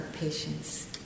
patience